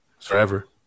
forever